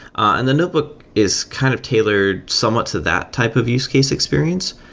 and the notebook is kind of tailored somewhat to that type of use case experience,